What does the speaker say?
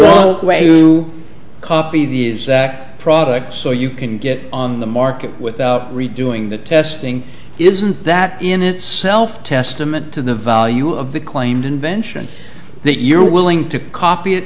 wrong way to copy the zac product so you can get on the market without redoing the testing isn't that in itself testament to the value of the claimed invention that you're willing to copy it